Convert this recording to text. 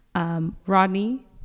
Rodney